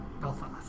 Belfast